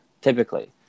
typically